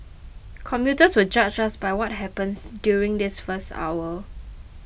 commuters will judge us by what happens during this first hour